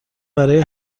برای